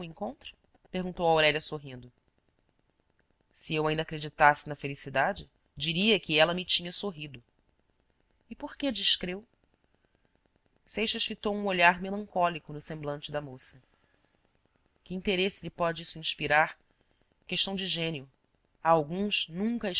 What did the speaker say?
encontro perguntou aurélia sorrindo se eu ainda acreditasse na felicidade diria que ela me tinha sorrido e por que descreu seixas fitou um olhar melancólico no semblante da moça que interesse lhe pode isso inspirar questão de gênio a alguns nunca